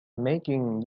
making